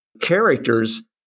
characters